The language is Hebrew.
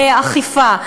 כלי אכיפה,